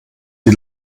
die